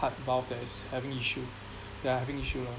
heart valve that is having issue that are having issue lah